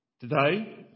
Today